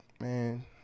man